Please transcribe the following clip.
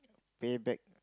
pay back